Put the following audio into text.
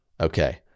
Okay